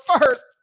first